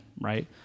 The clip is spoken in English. right